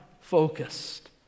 focused